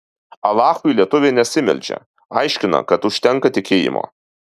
alachui lietuvė nesimeldžia aiškina kad užtenka tikėjimo